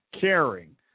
caring